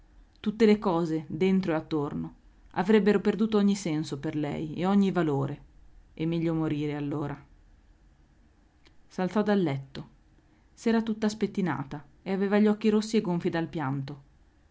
tutte le cose dentro e attorno avrebbero perduto ogni senso per lei e ogni valore e meglio morire allora s'alzò dal letto s'era tutta spettinata e aveva gli occhi rossi e gonfi dal pianto